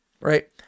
right